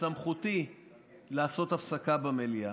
בסמכותי לעשות הפסקה במליאה.